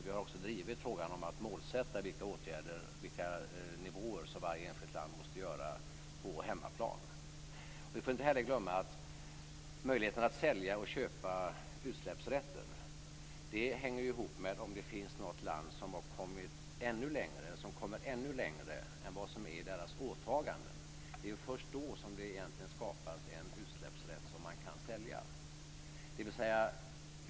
Vi har också drivit frågan om en målsättning i fråga om vilka nivåer som varje enskilt land måste ha på hemmaplan. Vi får inte heller glömma att möjligheten att sälja och köpa utsläppsrätter hänger ihop med om det finns något land som kommer ännu längre än vad som är deras åtagande. Det är först då som det egentligen skapas en utsläppsrätt som man kan sälja.